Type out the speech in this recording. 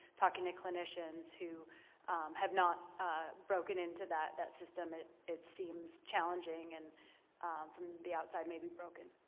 talking to clinicians who have not broken into that that system, it it seems challenging and from the outside may be broken.